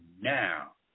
now